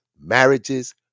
marriages